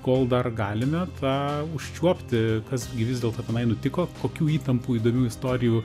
kol dar galime tą užčiuopti kas gi vis dėlto tenai nutiko kokių įtampų įdomių istorijų